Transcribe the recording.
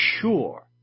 sure